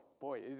boy